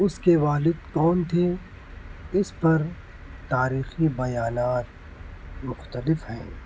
اس کے والد کون تھے اس پر تاریخی بیانات مختلف ہیں